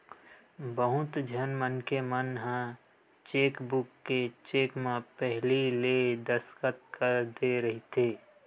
बहुत झन मनखे मन ह चेकबूक के चेक म पहिली ले दस्कत कर दे रहिथे